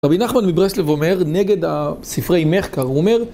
רבי נחמן מברסלב אומר, נגד ה... ספרי מחקר, הוא אומר